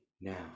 now